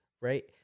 Right